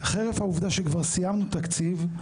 חרף העובדה שכבר סיימנו תקציב,